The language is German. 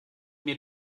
mir